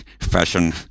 fashion